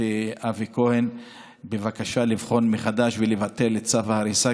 אבי כהן בבקשה לבחון מחדש ולבטל את צו ההריסה,